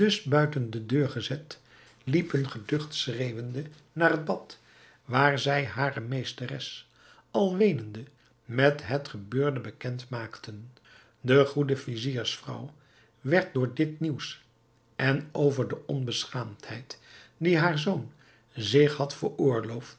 buiten de deur gezet liepen geducht schreeuwende naar het bad waar zij hare meesteres al weenende met het gebeurde bekend maakten de goede viziersvrouw werd door dit nieuws en over de onbeschaamdheid die haar zoon zich had